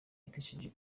yatesheje